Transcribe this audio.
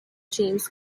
james